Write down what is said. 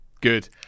good